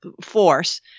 force